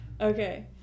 Okay